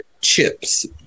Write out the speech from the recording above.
chips